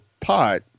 pot